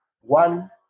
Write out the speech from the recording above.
one